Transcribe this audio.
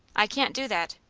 i can't do that.